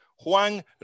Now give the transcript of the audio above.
Juan